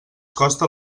costen